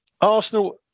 Arsenal